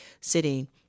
city